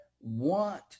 want